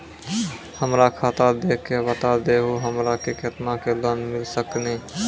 हमरा खाता देख के बता देहु हमरा के केतना के लोन मिल सकनी?